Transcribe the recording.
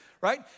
right